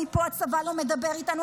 מפה הצבא לא מדבר איתנו,